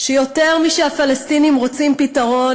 שיותר משהפלסטינים רוצים פתרון,